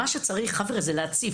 מה שצריך זה להציף.